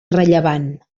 rellevant